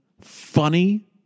funny